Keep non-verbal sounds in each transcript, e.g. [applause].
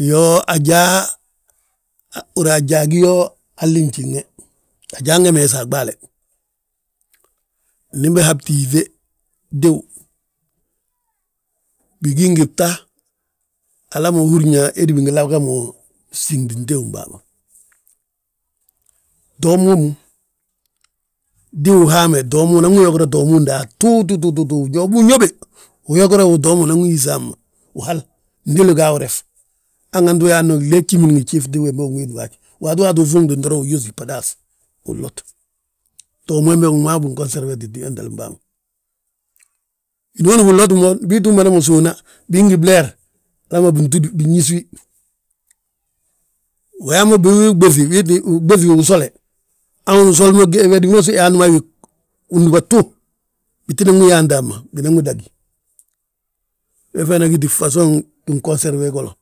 Iyoo, ajaa, ajaa gí yo hali fnjiŋne, ajaa nge meesa a ɓaale. Ndi bihabti yíŧe, tíw, bigí ngi bta, hala húrin yaa héde bingi laga mo fsíŋiņ tíwm bàa ma. Toom wommu, tíw uhaame unanwi yogura toom, unanwi yogura toom udaatututu, toomu uñóbe. Uyogurawi toom unan wi yís hamma, uhal fndéli gaa wi ref, hanganti wi yaa glee gjimin ngi gjiif tíw wembe unwéti wi haj, waato waati ufuunti uyósi [unintelligible] uu llot. Toom wembe wi ma wi bin [unintelligible] tíw, wentelem bàa ma. Winooni biloti mo bii ttu mada mo sówna, bigi ngi bleer, hala ma bintúdi, binyísi wi; Wi yaa mo biwi ɓéŧi usole, hanu usol, wédi ma yaanti mo a wi undúbatu, bitinan wi yaanti hamma, binan wi dagi, we fana giti fasoŋ [unintelligible] golo.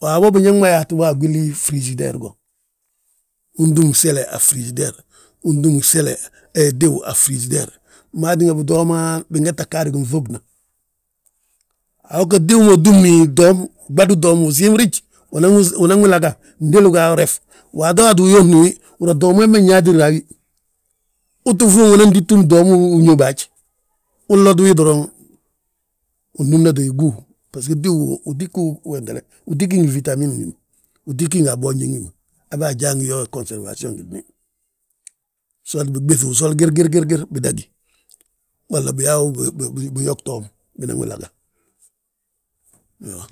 Waabo biñaŋ ma yaatu wa a gwili frisider go, untúm gsele a frisider, untúm he tíw a frisider, maa tínga bitooman, bingee tta gaadi ginŧubna. [unintelligible] tíw ma utúmni toom, uɓadi toom usiiwrij, unan wi laga fndéli ga wi ref. Waato waati uyísni wi, húri yaa toom wembe nyaatirre a wi, uu tti fuuŋ unan titúm uñóbe haj. Unloti wi doroŋ wi nnúmnati gúw, bbasgo tíw wi tigí wi tígi uwéntele, wi tigi ngi witamin wi ma, wi tigí ngi a bboonji wi ma. Habe ajaa ngi yo yaa gonserfasiyon willi súwat biɓéŧi usoli gir, gir, gir bidagí, walla biyaawi biyog toom binanwi laga iyoo.